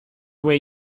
way